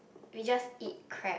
we just eat crab